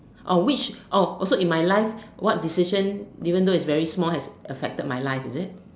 oh which oh so in my life which decision even though it's very small has affected my life is it